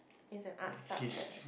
is an art subject